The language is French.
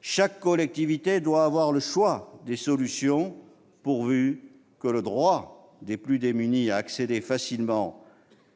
chaque collectivité doit avoir le choix des solutions, pourvu que le droit des plus démunis à accéder facilement